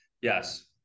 yes